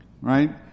Right